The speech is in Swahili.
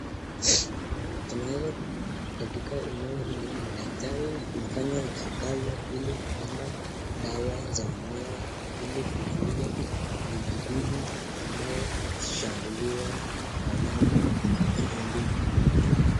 Tunaeza, katika eneo hili madaktari wanafanya itakavyo ili kuunda dawa za mimea ili kuzuia mijidudu wanaoshambulia wanyama na mahindi hao.